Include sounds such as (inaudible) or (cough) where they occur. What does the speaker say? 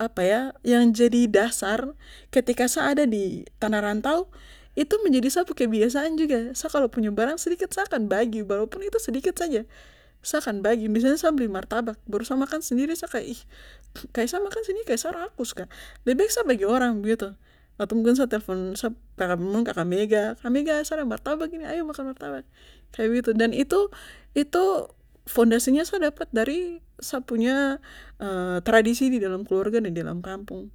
Apa yah (hesitation) yang jadi dasar ketika sa ada di tanah rantau itu menjadi sa pu kebiasaan juga sa kalo punya barang sedikit sa akan bagi walaupun itu sedikit saja sa akan bagi misalnya sa beli martabak baru sa makan sendiri sa kaya ih kaya sa makan sediri kaya sa rakus kah jadi lebaik sa bagi orang k begitu atau mungkin sa telpon sa pu kaka mega ka mega sa ada martabak ini ayo makan martabak kaya begitu dan itu itu fondasinya sa dapat dari sa punya (hesitation) tradisi di dalam keluarga dan di dalam kampung